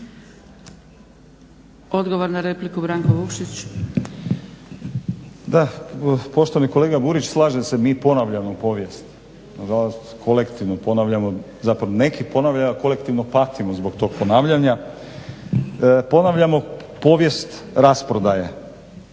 laburisti - Stranka rada)** Da, poštovani kolega Burić slažem se mi ponavljamo povijest. Nažalost, kolektivno ponavljamo, zapravo neki ponavljamo a kolektivno patimo zbog tog ponavljanja. Ponavljamo povijest rasprodaje.